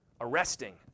arresting